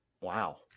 Wow